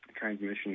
transmission